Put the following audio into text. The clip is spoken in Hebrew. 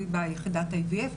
20,000 שקלים,